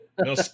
No